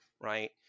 right